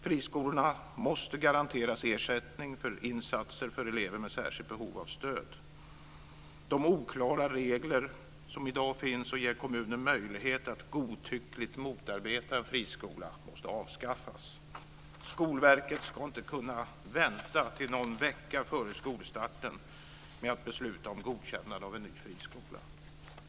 Friskolorna måste garanteras ersättning för insatser för elever med särskilda behov av stöd. Oklara regler som finns i dag och som ger kommunen möjlighet att godtyckligt motarbeta en friskola måste avskaffas. Skolverket ska inte kunna vänta till någon vecka före skolstarten med att besluta om att godkänna en ny friskola.